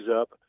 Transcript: up